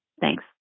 Thanks